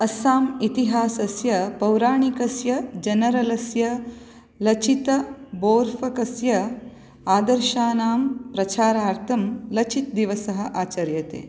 अस्साम् इतिहासस्य पौराणिकस्य जनरलस्य लचितबोर्फकस्य आदर्शानां प्रचारार्थं लचित् दिवसः आचर्यते